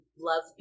love